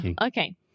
Okay